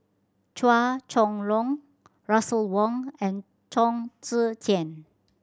Chua Chong Long Russel Wong and Chong Tze Chien